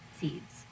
seeds